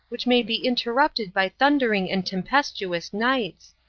which may be interrupted by thundering and tempestuous nights.